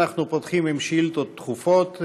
אנחנו פותחים עם שאילתות דחופות,